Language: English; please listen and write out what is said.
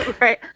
right